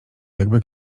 jakby